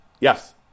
Yes